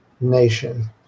nation